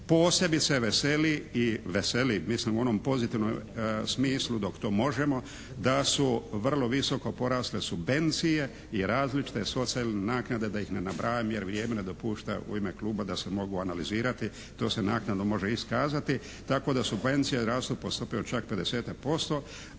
posebice veseli i veseli, mislim u onom pozitivnom smislu dok to možemo, da su vrlo visoko porasle subvencije i različite socijalne naknade da ih ne nabrajam jer vrijeme ne dopušta u ime kluba da se mogu analizirati, to se naknadno može iskazati. Tako da subvencije rastu po stopi od čak 50-tak